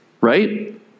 right